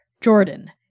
Jordan